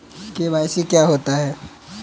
KYC क्या होता है?